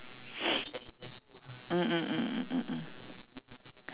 mm mm mm mm mm mm